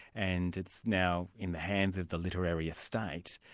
and it's now in the hands of the literary estate.